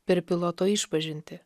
per piloto išpažintį